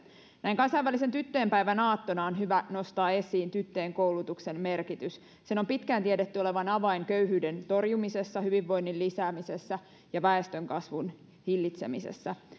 näin kansainvälisen tyttöjen päivän aattona on hyvä nostaa esiin tyttöjen koulutuksen merkitys sen on pitkään tiedetty olevan avain köyhyyden torjumisessa hyvinvoinnin lisäämisessä ja väestönkasvun hillitsemisessä